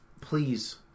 please